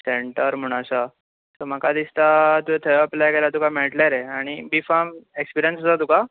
centre म्हणून आसा म्हाका दिसता तुवें थंय अप्लाय केल्यार मेळटले रे आनी बी फार्म एक्सपिर्यन्स आसा तुका